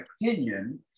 opinion